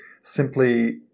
simply